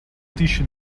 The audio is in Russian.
тысяча